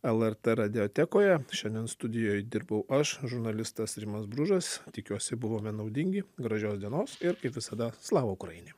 lrt radiotekoje šiandien studijoje dirbau aš žurnalistas rimas bružas tikiuosi buvome naudingi gražios dienos ir kaip visada slava ukraini